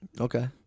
Okay